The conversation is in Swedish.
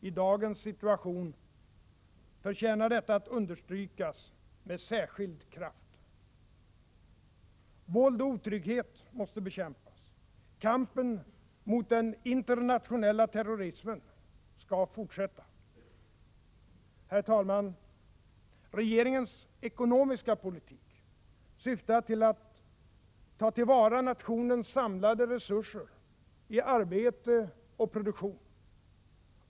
I dagens situation förtjänar detta att understrykas med särskild kraft. Våld och otrygghet måste bekämpas. Kampen mot den internationella terrorismen skall fortsätta. Herr talman! Regeringens ekonomiska politik syftar till att ta till vara nationens samlade resurser i arbete och produktion.